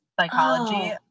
psychology